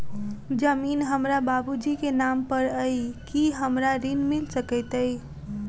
जमीन हमरा बाबूजी केँ नाम पर अई की हमरा ऋण मिल सकैत अई?